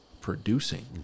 producing